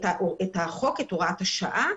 את החוק, את הוראת השעה,